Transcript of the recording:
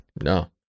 no